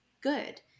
good